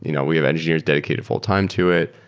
you know we have engineers dedicated full-time to it.